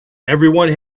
everyone